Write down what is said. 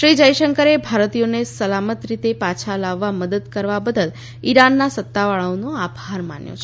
શ્રી જયશંકરે ભારતોયોને સલામત રીતે પાછા લાવવામાં મદદ કરવા બદલ ઈરાનના સત્તાવાળાઓનો આભાર માન્યો છે